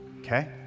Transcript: Okay